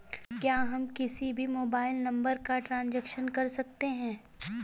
क्या हम किसी भी मोबाइल नंबर का ट्रांजेक्शन कर सकते हैं?